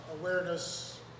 awareness